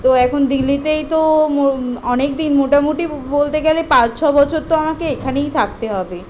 তো এখন দিল্লিতেই তো মো অনেক দিন মোটামুটি বলতে গেলে পাঁচ ছ বছর তো আমাকে এখানেই থাকতে হবে